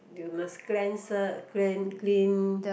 you must cleanser clan clean